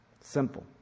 Simple